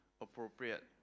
appropriate